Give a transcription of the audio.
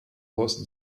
was